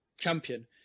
Champion